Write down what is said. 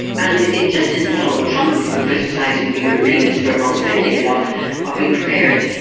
and it just isn't donald trump who has been criticising the europeans for not spending enough or being prepared,